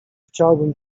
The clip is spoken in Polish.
chciałbym